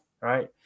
right